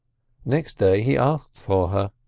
next day he asked for her.